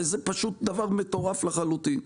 זה פשוט דבר מטורף לחלוטין.